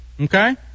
okay